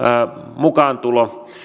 mukaantulo